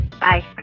Bye